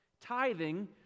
tithing